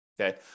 Okay